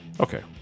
Okay